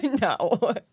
no